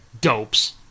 Dopes